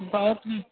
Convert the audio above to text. बहुत